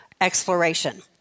exploration